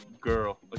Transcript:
girl